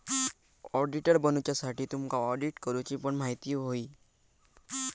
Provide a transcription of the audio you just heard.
auditor बनुच्यासाठी तुमका audit करूची पण म्हायती होई